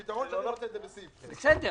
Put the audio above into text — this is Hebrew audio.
הפתרון שזה צריך להיות בסעיף --- בסדר,